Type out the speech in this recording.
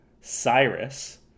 Cyrus